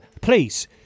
please